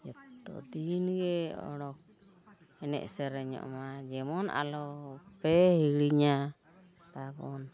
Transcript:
ᱡᱚᱛᱚ ᱫᱤᱱ ᱜᱮ ᱮᱱᱮᱡ ᱥᱮᱨᱮᱧᱚᱜᱼᱢᱟ ᱡᱮᱢᱚᱱ ᱟᱞᱚᱯᱮ ᱦᱤᱲᱤᱧᱟ ᱛᱟᱵᱚᱱ